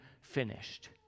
finished